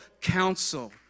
counsel